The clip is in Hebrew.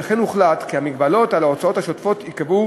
והוחלט כי המגבלות על ההוצאות השוטפות ייקבעו